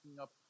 up